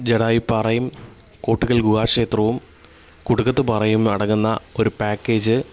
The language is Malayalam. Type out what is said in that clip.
ജഡായുപ്പാറയും കുട്ടകൽ ഗുഹാക്ഷേത്രവും കുടുക്കത്ത് പാറയും അടങ്ങുന്ന ഒരു പാക്കേജ്